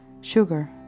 Sugar